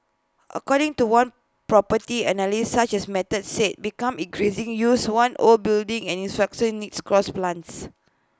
according to one property analyst such as method say become increasingly used one old buildings and infrastructural needs cross plans